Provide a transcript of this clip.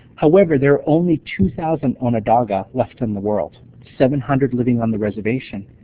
however there are only two thousand onondaga left in the world, seven hundred living on the reservation.